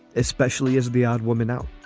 especially as the odd woman out?